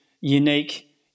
unique